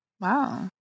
Wow